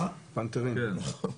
אני ממש מבקש,